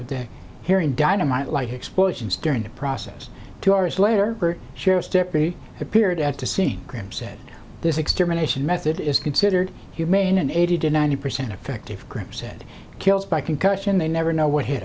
of their hearing dynamite like explosions during the process two hours later sheriff's deputy appeared at the scene graham said this extermination method is considered humane and eighty to ninety percent effective graham said killed by concussion they never know what hit